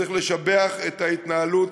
צריך לשבח את ההתנהלות